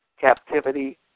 captivity